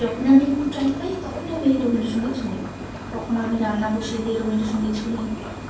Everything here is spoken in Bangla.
যখনই আমি একটু টাইম পাই তখনই আমি এই রবীন্দ্রসঙ্গীত শুনি কখনও আমি রান্না বসিয়ে দিয়ে রবীন্দ্রসঙ্গীত শুনি